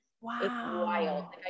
wow